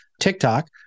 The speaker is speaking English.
TikTok